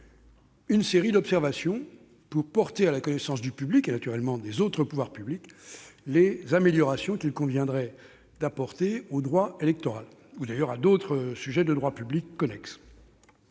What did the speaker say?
une série d'observations, pour porter à la connaissance du public et, naturellement, des autres pouvoirs publics les améliorations qu'il conviendrait d'apporter au droit électoral, ou, d'ailleurs, à d'autres sujets connexes de droit public. C'est